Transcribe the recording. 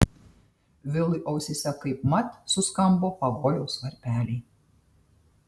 vilui ausyse kaipmat suskambo pavojaus varpeliai